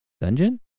dungeon